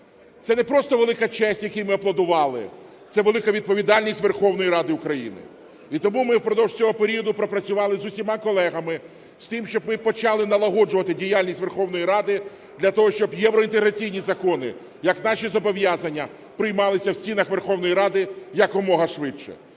Це не просто велика честь, якій ми аплодували, це велика відповідальність Верховної Ради України. І тому ми впродовж цього періоду пропрацювали з усіма колегами з тим, щоб ми почали налагоджувати діяльність Верховної Ради для того, щоб євроінтеграційні закони як наші зобов'язання приймалися в стінах Верховної Ради якомога швидше.